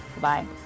Bye